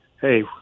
Hey